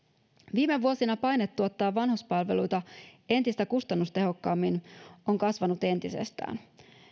viime vuosina paine tuottaa vanhuspalveluita entistä kustannustehokkaammin on kasvanut entisestään